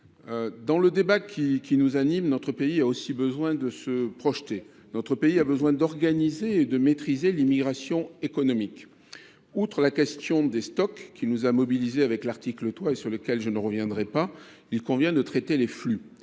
Dans le débat qui nous anime, notre pays a aussi besoin de se projeter, d’organiser et de maîtriser l’immigration économique. Outre la question des stocks qui nous a mobilisés avec l’article 3 et sur laquelle je ne reviendrai pas, il convient de traiter les flux.